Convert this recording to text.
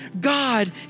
God